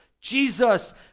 Jesus